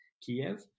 Kiev